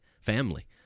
family